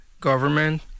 government